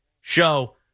show